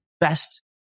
best